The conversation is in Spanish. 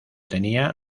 tenía